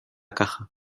caja